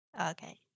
okay